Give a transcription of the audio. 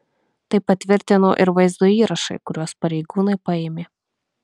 tai patvirtino ir vaizdo įrašai kuriuos pareigūnai paėmė